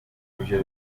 ibyo